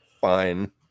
fine